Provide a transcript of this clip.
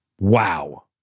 Wow